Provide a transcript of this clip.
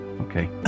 Okay